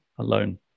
alone